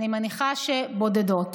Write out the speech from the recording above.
אני מניחה שבודדות.